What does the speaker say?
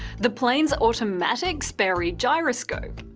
the plane's automatic sperry gyroscope.